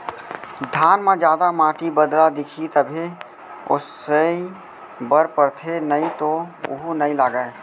धान म जादा माटी, बदरा दिखही तभे ओसाए बर परथे नइ तो वोहू नइ लागय